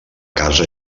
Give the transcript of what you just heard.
casa